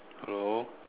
hello